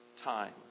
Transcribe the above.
Time